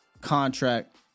contract